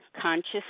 Conscious